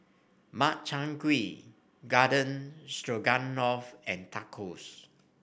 Makchang Gui Garden Stroganoff and Tacos